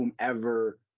whomever